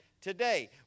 Today